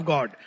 God